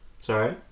Sorry